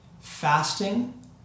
Fasting